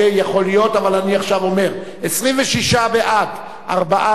26 בעד, ארבעה נגד, אחד נמנע.